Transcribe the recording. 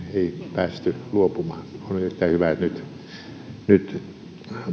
päästy luopumaan on erittäin hyvä että nyt